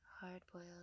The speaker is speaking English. hard-boiled